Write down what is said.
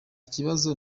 kibazo